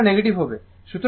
তো θ নেগেটিভ হবে